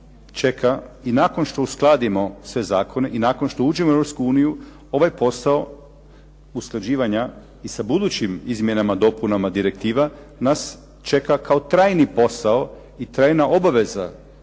čeka i nakon što uskladimo sve zakone i nakon što uđemo u Europsku uniju, ovaj posao usklađivanja i sa budućim izmjenama, dopunama direktiva nas čeka kao trajni posao i trajna obaveza